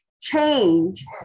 change